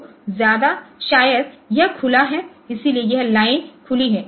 तो शायद यह खुला है इसलिए यह लाइन खुली है